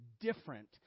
different